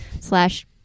slash